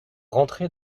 rentré